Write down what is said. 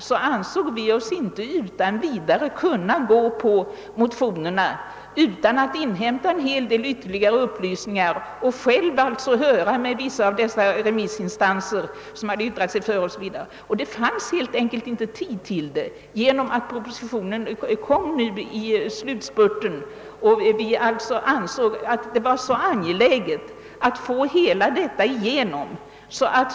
Vi ansåg oss inte utan vidare kunna biträda motionerna utan att själva inhämta ytterligare upplysningar från de remissinstanser som hade yttrat sig tidigare. Men det fanns helt enkelt inte tid till det genom att propositionen kom nu i slutspurten och vi ansåg att det var så angeläget att få hela frågan igenom.